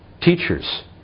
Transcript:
teachers